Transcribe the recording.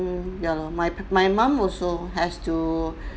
then ya lor my my mum also has to